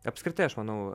apskritai aš manau